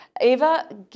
Eva